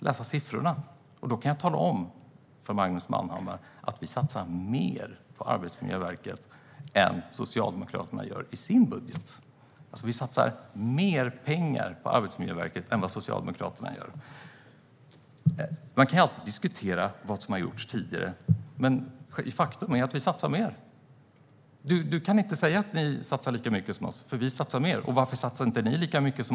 Jag kan tala om, Magnus Manhammar, att vi satsar mer pengar på Arbetsmiljöverket än Socialdemokraterna gör i sin budget. Man kan alltid diskutera vad som har gjorts tidigare, men faktum är att vi satsar mer. Du kan inte säga att ni satsar lika mycket som vi på Arbetsmiljöverket. Varför gör ni inte det?